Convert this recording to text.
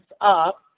up